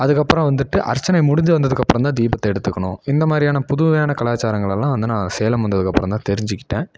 அதுக்கப்புறம் வந்துட்டு அர்ச்சனை முடிஞ்சு வந்ததுக்கப்புறம்தான் தீபத்தை எடுத்துக்கணும் இந்த மாதிரியான புதுமையான கலாச்சாரங்களெல்லாம் வந்து நான் சேலம் வந்ததுக்கப்புறம்தான் தெரிஞ்சுக்கிட்டேன்